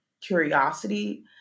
curiosity